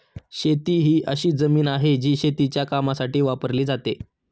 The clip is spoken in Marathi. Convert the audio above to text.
शेती ही अशी जमीन आहे, जी शेतीच्या कामासाठी वापरली जाते